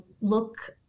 look